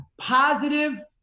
Positive